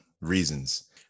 reasons